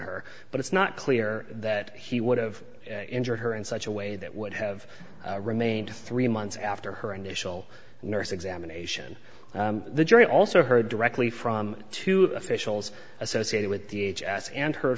her but it's not clear that he would have injured her in such a way that would have remained three months after her initial nurse examination the jury also heard directly from two officials associated with the h s and he